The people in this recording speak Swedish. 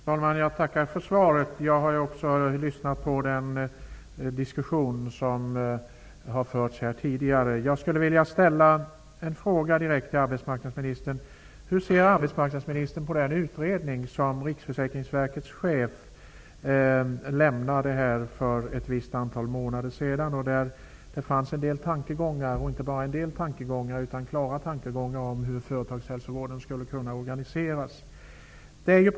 Herr talman! Jag tackar för svaret. Jag har också lyssnat på den diskussion som har förts här tidigare. Riksförsäkringsverkets chef lämnade för ett antal månader sedan? Där fanns klara tankegångar om hur företagshälsovården skulle kunna organiseras.